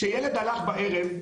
שילד הלך בערב,